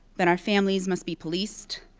that our families must be policed.